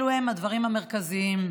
אלה הדברים המרכזיים.